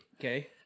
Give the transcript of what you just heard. Okay